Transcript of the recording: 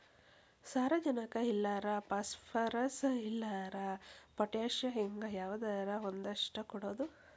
ಸಾರಜನಕ ಇಲ್ಲಾರ ಪಾಸ್ಪರಸ್, ಇಲ್ಲಾರ ಪೊಟ್ಯಾಶ ಹಿಂಗ ಯಾವದರ ಒಂದಷ್ಟ ಕೊಡುದು